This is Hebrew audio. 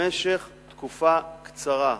במשך תקופה קצרה,